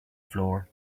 floor